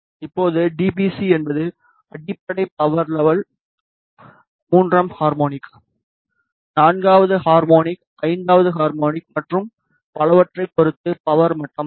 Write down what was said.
இப்போது டிபிசி என்பது அடிப்படை பவர் லெவல் மூன்றாம் ஹார்மோனிக் நான்காவது ஹார்மோனிக் ஐந்தாவது ஹார்மோனிக் மற்றும் பலவற்றைப் பொறுத்து பவர் மட்டமாகும்